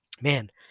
Man